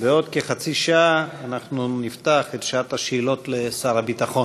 בעוד כחצי שעה אנחנו נפתח את שעת השאלות לשר הביטחון.